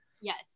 Yes